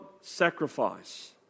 sacrifice